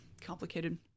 complicated